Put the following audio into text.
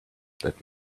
that